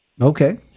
Okay